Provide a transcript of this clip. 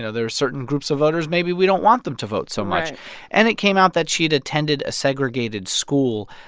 ah there are certain groups of voters maybe we don't want them to vote so much right and it came out that she'd attended a segregated school.